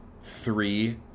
three